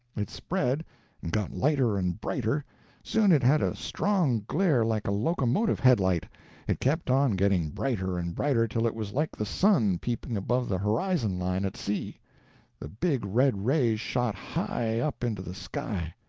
it spread, and got lighter and brighter soon it had a strong glare like a locomotive headlight it kept on getting brighter and brighter till it was like the sun peeping above the horizon-line at sea the big red rays shot high up into the sky.